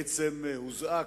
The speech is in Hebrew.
באופן אישי בשם כל אלה שסובלים